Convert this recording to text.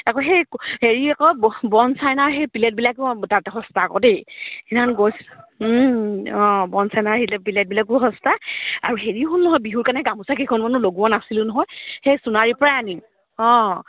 আকৌ সেই হেৰি আকৌ বন চাইনাৰ সেই প্লেটবিলাকো তাতে সস্তা আকৌ দেই সেইদিনাখন গৈছিলো অঁ বন চাইনাৰ সেই প্লেটবিলাকো সস্তা আৰু হেৰি হ'ল নহয় বিহুৰ কাৰণে গামোচাকেইখনমানো লগোৱা নাছিলোঁ নহয় সেই সোণাৰীৰ পৰাই আনিম অঁ